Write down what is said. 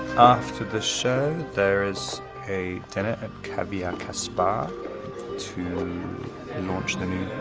after the show, there is a dinner at caviar kaspia to and launch the new